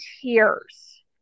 tears